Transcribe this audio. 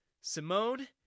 Simone